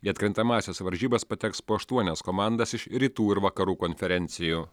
į atkrintamąsias varžybas pateks po aštuonias komandas iš rytų ir vakarų konferencijų